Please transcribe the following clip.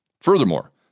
Furthermore